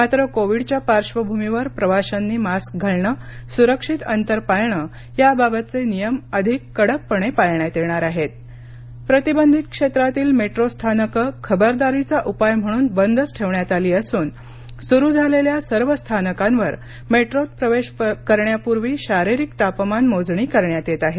मात्र कोविडच्या पार्श्वभूमीवर प्रवाशांनी मास्क घालणं स्रक्षित अंतर पाळणं याबाबतचे नियम अधिक कडकपणे पाळण्यात येणार आहेत प्रतिबंधित क्षेत्रातील मेट्रो स्थानकं खबरदारीचा उपाय म्हणून बंदच ठेवण्यात आली असून सुरु झालेल्या सर्व स्थानकांवर मेट्रोत प्रवेश करण्यापूर्वी शारीरिक तापमान मोजणी करण्यात येत आहे